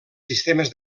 sistemes